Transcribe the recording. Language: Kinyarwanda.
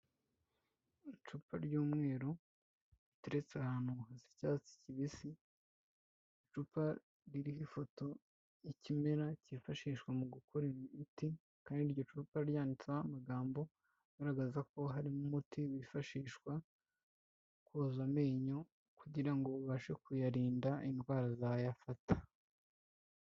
Icupa ry'umweru riteretse ahantu hasa icyatsi kibisi, icupa ririho ifoto, ikimera kifashishwa mu gukora imiti kandi iryo cupa ryanditseho amagambo agaragaza ko harimo umuti wifashishwa koza amenyo kugira ngo ubashe kuyarinda indwara zayafata.